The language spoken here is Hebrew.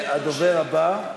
הדובר הבא,